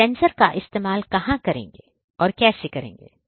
तो सेंसर का इस्तेमाल कहां करेंगे और कैसे करेंगे